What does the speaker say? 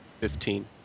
Fifteen